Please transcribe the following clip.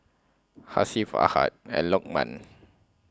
Hasif Ahad and Lokman